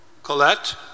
Colette